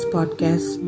Podcast